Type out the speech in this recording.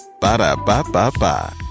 Ba-da-ba-ba-ba